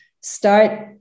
start